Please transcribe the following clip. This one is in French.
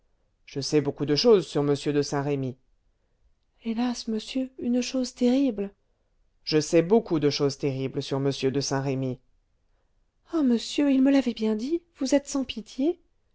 je sais beaucoup de choses sur m de saint-remy hélas monsieur une chose terrible je sais beaucoup de choses terribles sur m de saint-remy ah monsieur il me l'avait bien dit vous êtes sans pitié